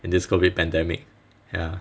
in this COVID pandemic ya